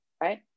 right